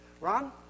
Ron